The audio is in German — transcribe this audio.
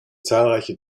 zahlreiche